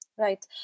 Right